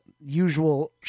usual